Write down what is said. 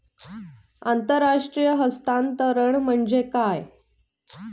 आंतरराष्ट्रीय हस्तांतरण म्हणजे काय?